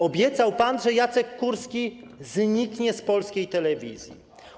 Obiecał pan, że Jacek Kurski zniknie z polskiej telewizji.